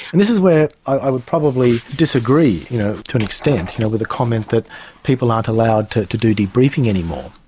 this is where i would probably disagree you know to an extent you know with a comment that people aren't allowed to to do debriefing anymore.